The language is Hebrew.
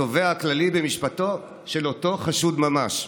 התובע הכללי במשפטו של אותו חשוד ממש.